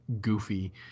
goofy